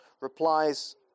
replies